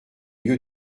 lieu